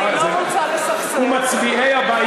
אני לא רוצה לסכסך, אבל זאת